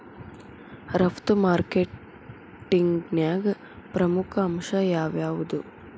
ರಫ್ತು ಮಾರ್ಕೆಟಿಂಗ್ನ್ಯಾಗ ಪ್ರಮುಖ ಅಂಶ ಯಾವ್ಯಾವ್ದು?